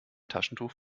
taschentuch